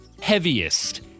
heaviest